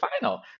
final